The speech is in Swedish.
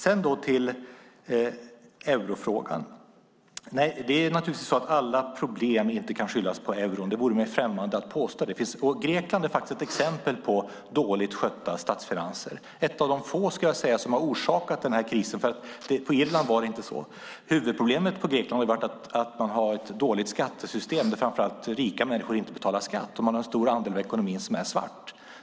Över till eurofrågan: Nej, alla problem kan naturligtvis inte skyllas på euron. Det vore mig främmande att påstå det. Grekland är faktiskt ett exempel på dåligt skötta statsfinanser - ett av de få där detta har orsakat krisen, skulle jag säga. På Irland var det nämligen inte så. Huvudproblemet i Grekland har varit att man har ett dåligt skattesystem där framför allt rika människor inte betalar skatt, och en stor andel av ekonomin är svart.